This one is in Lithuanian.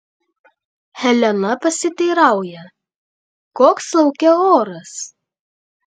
helena pasiteirauja koks lauke oras